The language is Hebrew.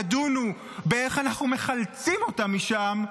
ידונו באיך אנחנו מחלצים אותם משם,